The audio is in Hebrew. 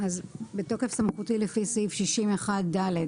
התשפ"ב-2022 בתוקף סמכותי לפי סעיף 60(1)(ד),